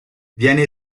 viene